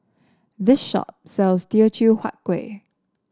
this shop sells Teochew Huat Kuih